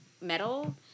metal